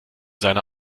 seiner